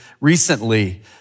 recently